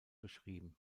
beschrieben